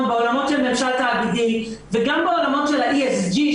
בעולמות של ממשל תאגידי וגם בעולמות של ה-ESG,